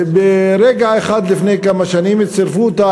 ברגע אחד לפני כמה שנים הציפו אותה